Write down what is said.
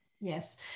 Yes